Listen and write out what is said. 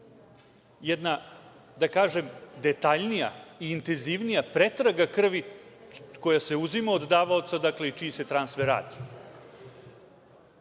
jedna, da kažem, detaljnija i intenzivnija pretraga krvi koja se uzima od davaoca i čiji se transfer radi.